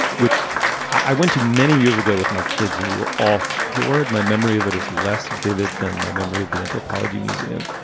which i went to many years ago with my kids. and we were all floored. my memory of it is less vivid than my memory of the anthropology museum,